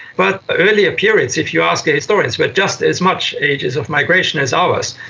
but earlier periods, if you ask historians, were just as much ages of migration as ours.